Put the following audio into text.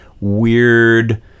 weird